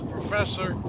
Professor